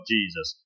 Jesus